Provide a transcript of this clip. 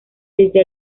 desde